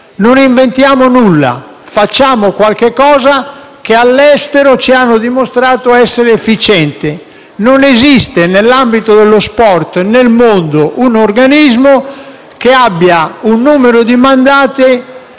Non inventiamo nulla: facciamo qualcosa che all'estero ci hanno dimostrato essere efficiente. Nell'ambito dello sport e nel mondo non esiste un organismo che abbia un numero di mandati